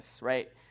right